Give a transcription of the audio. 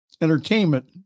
entertainment